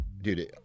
dude